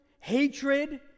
hatred